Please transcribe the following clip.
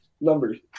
numbers